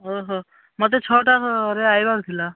ଓ ହୋ ମତେ ଛଅଟାରେ ଆସିବାର ଥିଲା